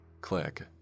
Click